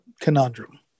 conundrum